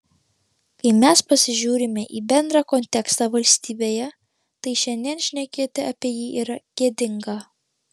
kai mes pasižiūrime į bendrą kontekstą valstybėje tai šiandien šnekėti apie jį yra gėdinga